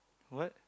what